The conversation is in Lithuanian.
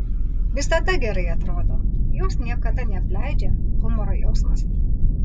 visada gerai atrodo jos niekada neapleidžia humoro jausmas